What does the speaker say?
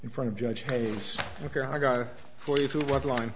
in front of judge hayes ok i got it for you to what line